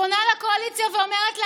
פונה לקואליציה ואומרת להם: